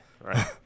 right